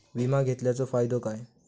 विमा घेतल्याचो फाईदो काय?